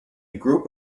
group